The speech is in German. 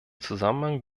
zusammenhang